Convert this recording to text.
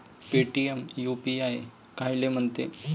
Paytm UPI कायले म्हनते?